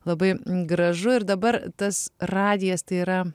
labai gražu ir dabar tas radijas tai yra